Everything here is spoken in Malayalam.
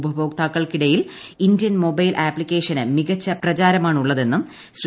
ഉപഭോക്താക്കൾക്കിടയിൽ ഈ ഇന്ത്യൻ മൊബൈൽ ആപ്തിക്കേഷന് മികച്ച പ്രചാരമാണുള്ളതെന്നും ശ്രീ